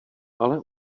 ale